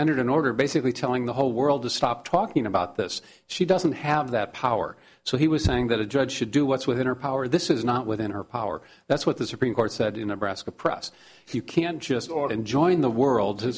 entered an order basically telling the whole world to stop talking about this she doesn't have that power so he was saying that a judge should do what's within her power this is not within her power that's what the supreme court said you never ask a press if you can just order and join the world